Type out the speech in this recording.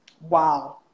Wow